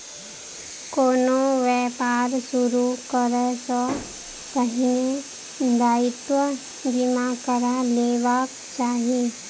कोनो व्यापार शुरू करै सॅ पहिने दायित्व बीमा करा लेबाक चाही